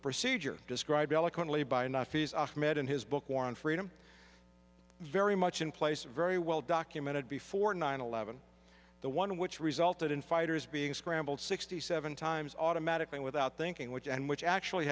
procedure described eloquently by now fees from ed in his book war on freedom very much in place very well documented before nine eleven the one which resulted in fighters being scrambled sixty seven times automatically without thinking which and which actually